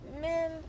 men